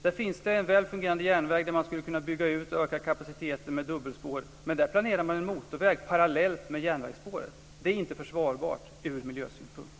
Där finns det en väl fungerande järnväg där man skulle kunna bygga ut och öka kapaciteten med dubbelspår, men där planerar man en motorväg parallellt med järnvägsspåret. Det är inte försvarbart ur miljösynpunkt.